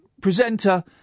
presenter